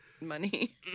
money